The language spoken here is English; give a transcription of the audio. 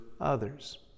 others